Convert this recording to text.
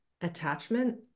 attachment